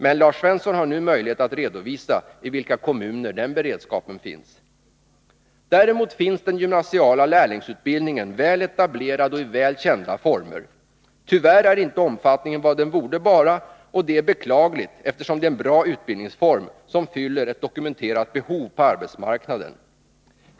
Men Lars Svensson har nu möjlighet att redovisa i vilka kommuner den beredskapen finns. Däremot finns den gymnasiala lärlingsutbildningen väl etablerad och i väl kända former. Tyvärr är inte omfattningen vad den borde vara, och det är beklagligt, eftersom det är en bra utbildningsform som fyller ett dokumenterat behov på arbetsmarknaden.